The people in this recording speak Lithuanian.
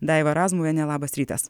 daiva razmuvienė labas rytas